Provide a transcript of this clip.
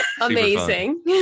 amazing